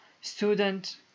student